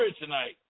tonight